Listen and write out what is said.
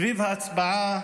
סביב ההצבעה